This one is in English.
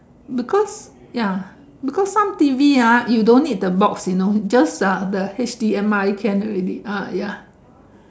because ya because some T_V ah you don't need the box you know just uh the H_D_M_I can already ah ya